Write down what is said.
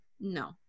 No